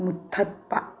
ꯃꯨꯊꯠꯄ